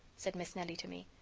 said miss nelly to me.